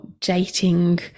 dating